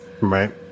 Right